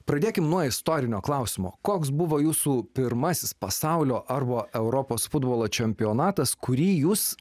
pradėkime nuo istorinio klausimo koks buvo jūsų pirmasis pasaulio arba europos futbolo čempionatas kurį jūs